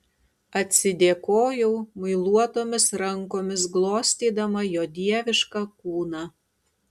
atsidėkojau muiluotomis rankomis glostydama jo dievišką kūną